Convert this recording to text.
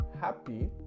happy